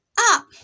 up